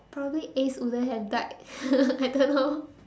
probably ace wouldn't have died I don't know